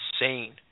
insane